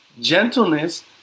gentleness